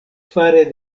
fare